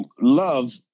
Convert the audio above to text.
love